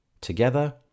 Together